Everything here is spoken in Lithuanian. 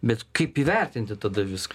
bet kaip įvertinti tada viską